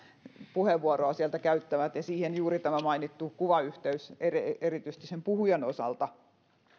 puheenvuoroa sieltä käyttävät ja siinä juuri tämä mainittu kuvayhteys erityisesti sen puhujan osalta